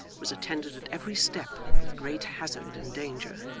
was attended at every step with great hazard and danger.